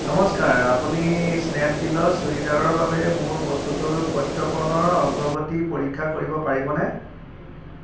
নমস্কাৰ আপুনি স্নেপডীলত চুৰিদাৰৰ বাবে মোৰ বস্তুটোৰ প্ৰত্যৰ্পণৰ অগ্ৰগতি পৰীক্ষা কৰিব পাৰিবনে